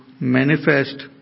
Manifest